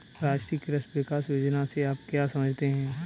राष्ट्रीय कृषि विकास योजना से आप क्या समझते हैं?